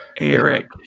Eric